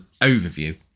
overview